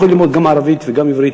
הוא יכול ללמוד גם ערבית וגם עברית.